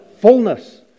fullness